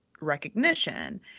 recognition